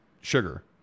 sugar